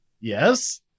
yes